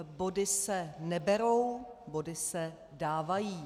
Body se neberou, body se dávají.